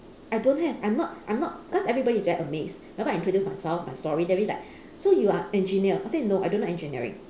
I don't have I'm not I'm not because everybody is very amazed that's why I introduce myself my story that's means like so you are engineer I said no I don't know engineering